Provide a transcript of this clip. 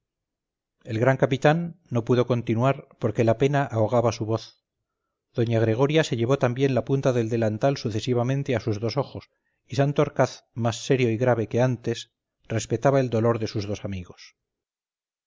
el gran capitán no pudo continuar porque la pena ahogaba su voz doña gregoria se llevó también la punta del delantal sucesivamente a sus dos ojos y santorcaz más serio y grave que antes respetaba el dolor de sus dos amigos